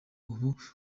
ubu